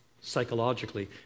psychologically